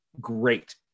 great